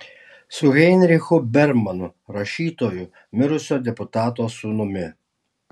su heinrichu bermanu rašytoju mirusio deputato sūnumi